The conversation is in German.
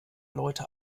leute